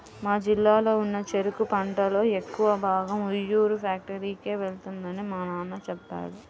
మా జిల్లాలో ఉన్న చెరుకు పంటలో ఎక్కువ భాగం ఉయ్యూరు ఫ్యాక్టరీకే వెళ్తుందని మా నాన్న చెప్పాడు